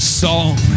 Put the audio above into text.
song